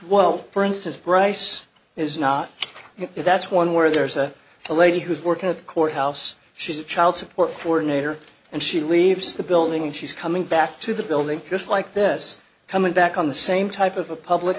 while for instance price is not that's one where there's a to lady who's working at the courthouse she's a child support for nader and she leaves the building and she's coming back to the building just like this coming back on the same type of a public